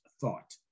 thought